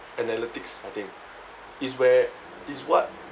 analytics I think is where is what